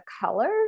color